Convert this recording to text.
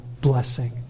blessing